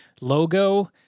logo